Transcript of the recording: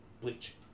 Bleach